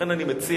לכן אני מציע,